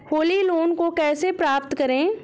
Holi loan को कैसे प्राप्त करें?